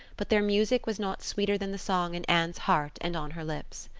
but their music was not sweeter than the song in anne's heart and on her lips.